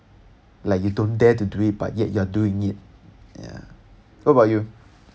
like you don't dare to do it but yet you are doing it yeah what about you